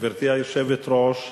גברתי היושבת-ראש,